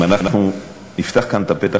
אם אנחנו נפתח כאן את הפתח,